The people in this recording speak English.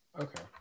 Okay